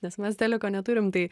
nes mes teliko neturim tai